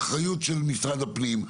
האחריות של משרד הפנים,